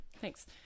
thanks